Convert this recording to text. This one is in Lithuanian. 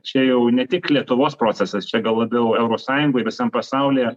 čia jau ne tik lietuvos procesas čia gal labiau eurosąjungoj visam pasaulyje